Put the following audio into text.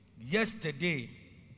yesterday